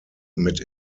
mit